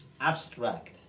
abstract